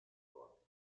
cortes